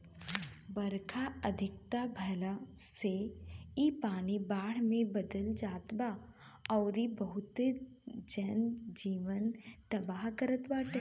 बरखा अधिका भयला से इ पानी बाढ़ में बदल जात बा अउरी बहुते जन जीवन तबाह करत बाटे